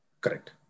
Correct